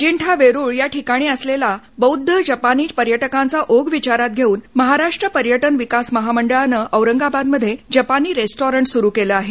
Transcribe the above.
अजिंठा वेरुळ या ठिकाणी असलेला बौद्ध जपानी पर्यटकांचा ओघ विचारात घेऊन महाराष्ट्र पर्यटन विकास महामंडळान औरंगाबादमध्ये जपानी रेस्टॉरंट सुरू केलं आहे